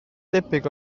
debyg